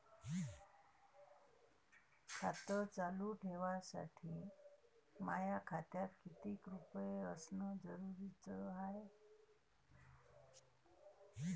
खातं चालू ठेवासाठी माया खात्यात कितीक रुपये असनं जरुरीच हाय?